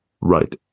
Right